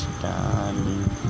darling